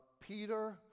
Peter